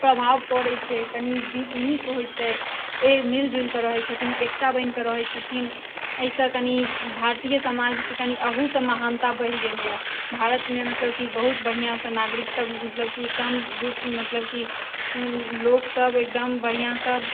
प्रभाव पड़ै छै कनि नीक होइ छै मिल जुलके रहै छथिन एकता बनिके रहै छथिन एहिसँ कनि भारतीय समाजके कनि अहूसँ महानता बढ़ि गेलैए भारतमे मतलब कि बहुत बढ़िआँसँ नागरिकसब मतलब कि कम रूप मतलब कि लोकसब एकदम बढ़िआँसँ